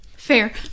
Fair